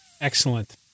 Excellent